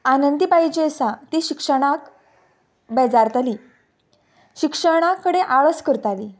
आनंदी बाई जी आसा ती शिक्षणाक बेजारताली शिक्षणा कडेन आळस करताली